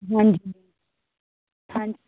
ਹਾਂਜੀ ਹਾਂਜੀ